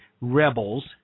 rebels